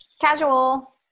Casual